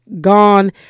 gone